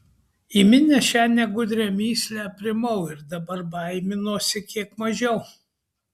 įminęs šią negudrią mįslę aprimau ir dabar baiminuosi kiek mažiau